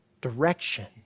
direction